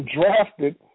drafted